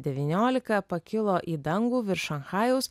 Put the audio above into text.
devyniolika pakilo į dangų virš šanchajaus